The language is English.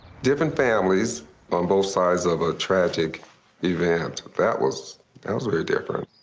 different families on both sides of a tragic event. that was that was very different.